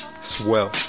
Swell